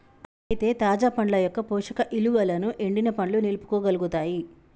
అయితే తాజా పండ్ల యొక్క పోషక ఇలువలను ఎండిన పండ్లు నిలుపుకోగలుగుతాయి